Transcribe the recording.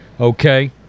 Okay